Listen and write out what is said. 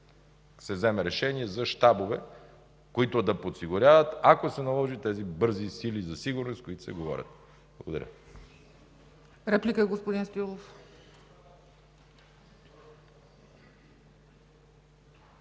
се вземе решение за щабове, които да подсигуряват, ако се наложи, тези бързи сили за сигурност, за които се говори. Благодаря.